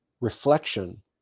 reflection